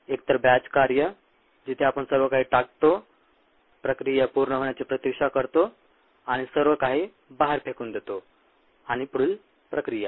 एकतर बॅच कार्य जिथे आपण सर्व काही टाकतो प्रक्रिया पूर्ण होण्याची प्रतीक्षा करतो आणि सर्व काही बाहेर फेकून देतो आणि पुढील प्रक्रिया